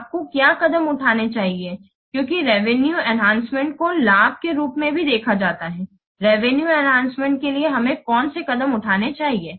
आपको क्या कदम उठाने चाहिए क्योंकि रेवेनुए एनहांसमेंट को लाभ के रूप में भी देखा जाता है रेवेनुए एनहांसमेंट के लिए हमें कौन से कदम उठाने चाहिए